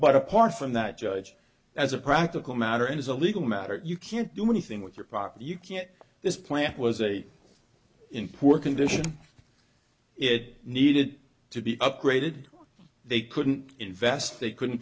but apart from that judge as a practical matter and as a legal matter you can't do anything with your five you can't this plant was a in poor condition it needed to be upgraded they couldn't invest they couldn't